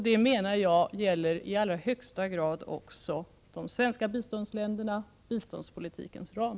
Det menar jag gäller i allra högsta grad även de svenska biståndsländerna — alltså inom biståndspolitikens ram.